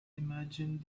imagine